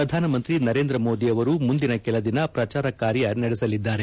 ಪ್ರಧಾನಮಂತ್ರಿ ನರೇಂದ್ರ ಮೋದಿ ಅವರು ಮುಂದಿನ ಕೆಲ ದಿನ ಪ್ರಚಾರ ಕಾರ್ಯ ನಡೆಸಲಿದ್ದಾರೆ